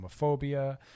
homophobia